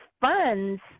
funds